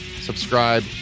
subscribe